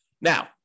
now